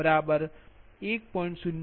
05 V30 1